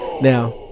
Now